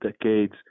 decades